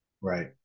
Right